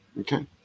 okay